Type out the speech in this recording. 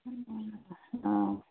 অ